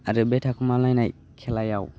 आरो बे थाखोमालायनाय खेलायाव